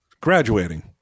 Graduating